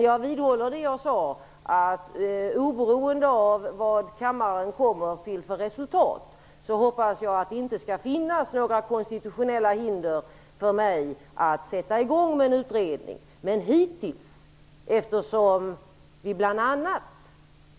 Jag vidhåller det jag sade, nämligen att jag hoppas att det inte skall finnas några konstitutionella hinder för mig att sätta i gång med en utredning, oberoende av vilket resultat kammaren kommer fram till.